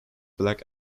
black